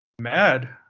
mad